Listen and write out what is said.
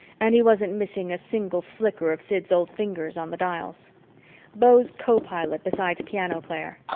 and he wasn't missing a single flicker of sid's old fingers on the dials beau's co-pilot besides piano player.